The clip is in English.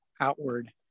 outward